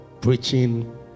preaching